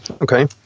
Okay